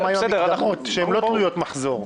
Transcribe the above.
מה עם המקדמות, שהן לא תלויות מחזור?